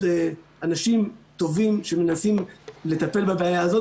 אנשים טובים שמנסים לטפל בבעיה הזאת,